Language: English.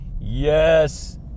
Yes